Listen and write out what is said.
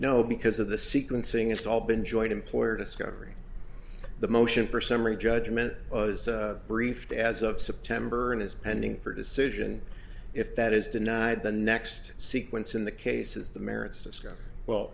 now because of the sequencing it's all been joined employer discovery the motion for summary judgment was briefed as of september and is pending for decision if that is denied the next sequence in the cases the merits discovery well